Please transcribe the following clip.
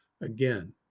Again